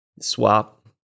swap